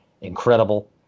incredible